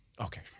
Okay